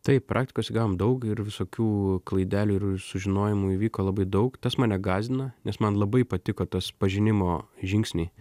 taip praktikos įgavom daug ir visokių klaidelių ir sužinojimų įvyko labai daug tas mane gąsdina nes man labai patiko tas pažinimo žingsniai